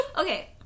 Okay